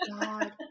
God